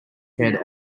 head